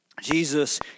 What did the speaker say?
Jesus